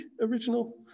original